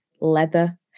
leather